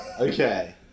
Okay